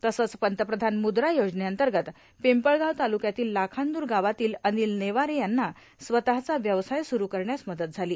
तसंच पंतप्रधान मुद्रा योजनेअंतर्गत पिंपळ्याव तालुक्यातील लाखांदूर गावातील अनिल नेवारे यांना स्वतःचा व्यवसाय सुरू करण्यास मदत झाली